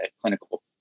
clinical